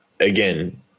Again